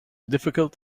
difficult